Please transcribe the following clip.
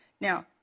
Now